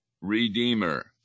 Redeemer